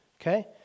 Okay